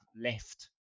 left